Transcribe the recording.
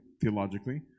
theologically